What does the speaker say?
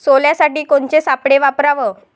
सोल्यासाठी कोनचे सापळे वापराव?